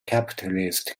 capitalist